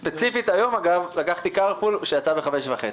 ספציפית היום, אגב, לקחתי קארפול שיצא ב-05:30.